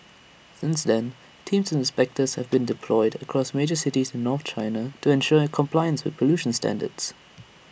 since then teams of inspectors have been deployed across major cities north China to ensure compliance with pollution standards